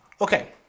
Okay